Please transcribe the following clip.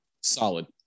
solid